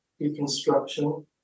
deconstruction